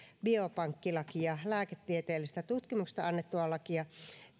biopankkilakia lääketieteellisestä tutkimuksesta annettua lakia